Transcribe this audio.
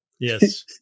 Yes